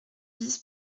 bis